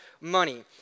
money